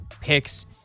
picks